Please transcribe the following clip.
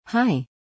Hi